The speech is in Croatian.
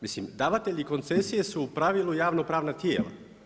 Mislim, davatelji koncesije su u pravilu javnopravna tijela.